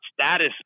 status